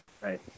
Right